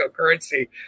cryptocurrency